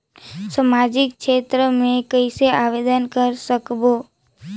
समाजिक क्षेत्र मे कइसे आवेदन कर सकबो?